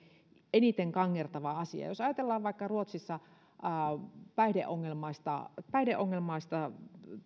eniten kangertava asia jos ajatellaan vaikka päihdeongelmaista päihdeongelmaista